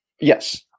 Yes